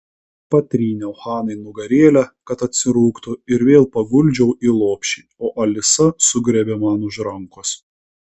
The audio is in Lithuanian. patryniau hanai nugarėlę kad atsirūgtų ir vėl paguldžiau į lopšį o alisa sugriebė man už rankos